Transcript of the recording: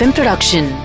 Production